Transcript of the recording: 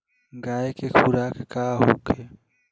गाय के खुराक का होखे?